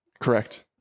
Correct